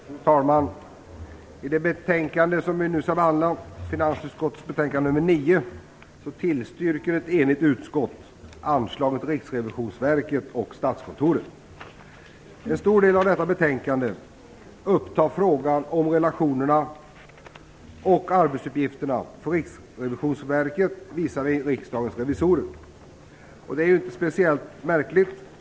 Fru talman! I det betänkande som vi nu skall behandla, finansutskottets betänkande nr 9, tillstyrker ett enigt utskott anslaget till Riksrevisionsverket och statskontoret. En stor del av detta betänkande upptas av frågan om relationerna och arbetsuppgifterna när det gäller Riksrevisionsverket visavi Riksdagens revisorer. Och det är ju inte speciellt märkligt.